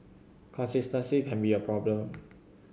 consistency can be a problem